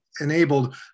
enabled